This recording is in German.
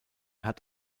hat